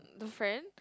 the friend